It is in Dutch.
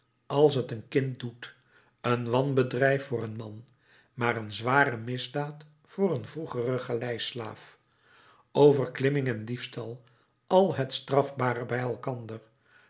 als t een kind doet een wanbedrijf voor een man maar een zware misdaad voor een vroegeren galeislaaf overklimming en diefstal al het strafbare bij elkander